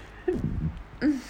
mm